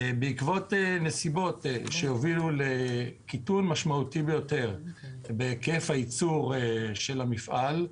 בעקבות נסיבות שהובילו לקיטון משמעותי ביותר בהיקף הייצור של המפעל,